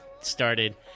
started